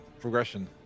progression